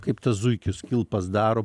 kaip tas zuikis kilpas daro